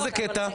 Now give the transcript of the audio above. איזה קטע?